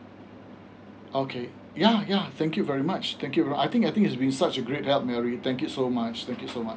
okay ya ya thank you very much thank you ver~ I think I think it's have been such a great help mary thank you so much thank you so much